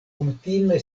kutime